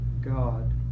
God